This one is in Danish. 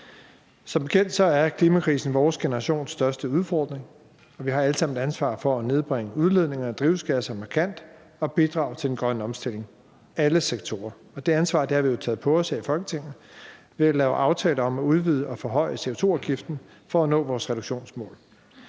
Som bekendt er klimakrisen vores generations største udfordring, og vi har alle sammen et ansvar for at nedbringe udledningen af drivhusgasser markant og bidrage til den grønne omstilling – alle sektorer. Det ansvar har vi jo taget på os her i Folketinget ved at lave aftaler om at udvide og forhøje CO2-afgiften for at nå vores reduktionsmål.